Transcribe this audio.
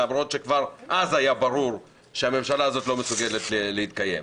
למרות שכבר אז היה ברור שהממשלה הזאת לא מסוגלת להתקיים.